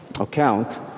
account